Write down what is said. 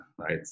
right